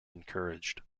encouraged